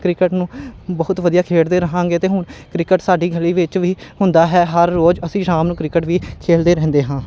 cricket ਨੂੰ ਬਹੁਤ ਵਧੀਆ ਖੇਡਦੇ ਰਹਾਂਗੇ ਅਤੇ ਹੁਣ ਕ੍ਰਿਕਟ ਸਾਡੀ ਗਲੀ ਵਿੱਚ ਵੀ ਹੁੰਦਾ ਹੈ ਹਰ ਰੋਜ਼ ਅਸੀਂ ਸ਼ਾਮ ਨੂੰ ਕ੍ਰਿਕਟ ਵੀ ਖੇਲਦੇ ਰਹਿੰਦੇ ਹਾਂ